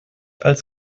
als